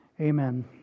amen